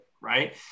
right